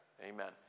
Amen